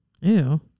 Ew